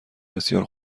بسیار